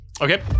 Okay